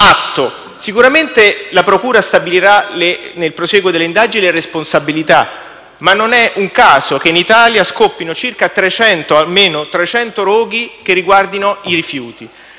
atto. Sicuramente la procura stabilirà nel prosieguo delle indagini le responsabilità, ma non è un caso che in Italia scoppino almeno 300 roghi che riguardino i rifiuti